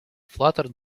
fluttered